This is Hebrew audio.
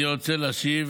אני רוצה להשיב